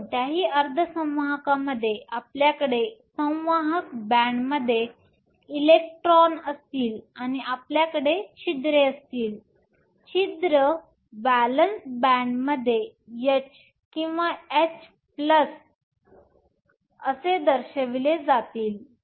तर कोणत्याही अर्धसंवाहकामध्ये आपल्याकडे संवाहक बॅण्डमध्ये इलेक्ट्रॉन असतील आणि आपल्यकडे छिद्रे असतील छिद्र व्हॅलेन्स बॅण्डमध्ये h किंवा h प्लस असे दर्शविले जातील